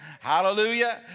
hallelujah